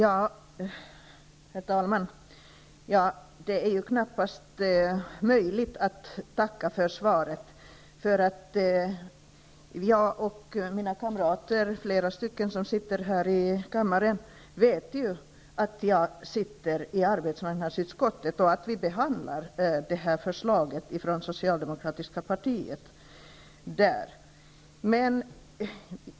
Herr talman! Det är knappast möjligt att tacka för svaret, därför att jag och mina kamrater -- flera sitter här i kammaren -- vet ju att jag sitter i arbetsmarknadsutskottet och att vi från det Socialdemokratiska partiet behandlar det här förslaget.